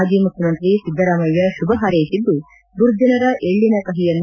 ಮಾಜಿ ಮುಖ್ಯಮಂತ್ರಿ ಸಿದ್ದರಾಮಯ್ಯ ಶುಭ ಹಾರೈಸಿದ್ದು ದುರ್ಜನರ ಎಳ್ಳಿನ ಕಹಿಯನ್ನು